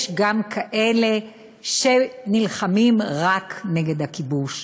יש גם כאלה שנלחמים רק נגד הכיבוש,